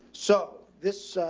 so this a,